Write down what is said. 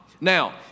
Now